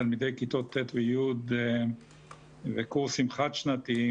תלמידי כיתות ט' ו-י' וקורסים חד-שנתיים